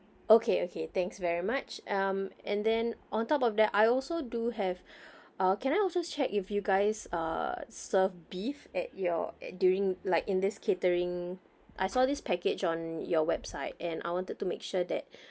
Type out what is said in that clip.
okay okay thanks very much um and then on top of that I also do have uh can I also check if you guys uh serve beef at your during like in this catering I saw this package on your website and I wanted to make sure that